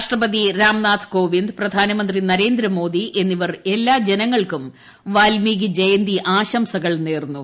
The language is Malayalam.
രാഷ്ട്രപതി രാംനാഥ് കോവിന്ദ് പ്രധാനമന്ത്രി നരേന്ദ്രമോദി എന്നിവർ എല്ലാ ജനങ്ങൾക്കും വാൽമീകി ജയന്തി ആഘോഷങ്ങൾ നേർന്നു